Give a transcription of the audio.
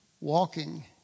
walking